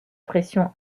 pression